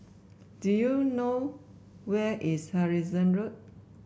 do you know where is Harrison Road